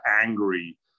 angry